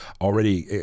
already